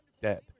dead